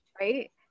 right